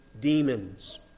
demons